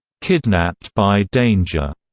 kidnapped by danger,